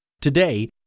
Today